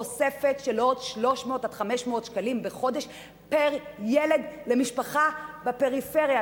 תוספת של 300 500 שקלים בחודש פר-ילד למשפחה בפריפריה,